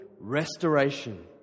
restoration